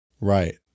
Right